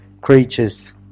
creatures